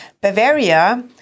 Bavaria